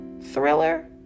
thriller